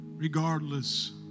Regardless